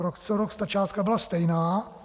Rok co rok ta částka byla stejná.